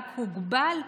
רק הוגבל,